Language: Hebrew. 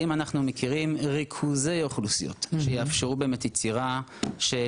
האם אנחנו מכירים ריכוזי אוכלוסיות שיאפשרו יצירה של